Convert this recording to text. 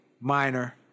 Minor